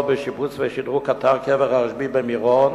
בשיפוץ ושדרוג של אתר קבר הרשב"י במירון,